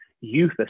youth